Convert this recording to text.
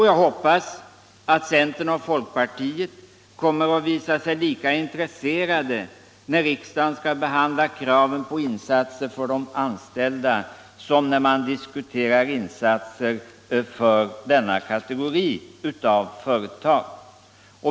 Jag hoppas att centern och folkpartiet kommer att visa sig lika intresserade, när riksdagen skall behandla kraven på insatser för de anställda, som de nu är när vi diskuterar insatser för denna kategori av företag.